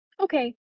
Okay